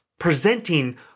presenting